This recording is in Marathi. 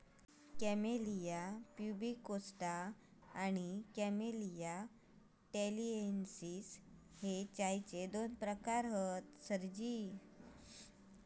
कॅमेलिया प्यूबिकोस्टा आणि कॅमेलिया टॅलिएन्सिस हे चायचे दोन प्रकार हत सरजी